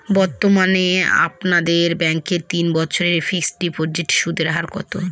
বর্তমানে আপনাদের ব্যাঙ্কে তিন বছরের ফিক্সট ডিপোজিটের সুদের হার কত?